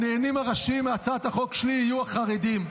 הנהנים הראשיים מהצעת החוק שלי יהיו החרדים,